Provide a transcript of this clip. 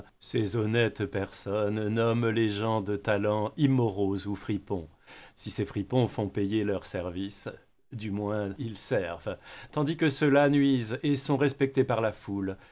ces honnêtes personnes nomment les gens de talent immoraux ou fripons si ces fripons font payer leurs services du moins ils servent tandis que ceux-là nuisent et sont respectés par la foule